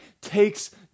takes